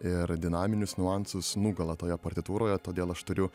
ir dinaminius niuansus nugula toje partitūroje todėl aš turiu